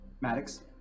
Maddox